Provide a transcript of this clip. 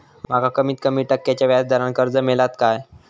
माका कमीत कमी टक्क्याच्या व्याज दरान कर्ज मेलात काय?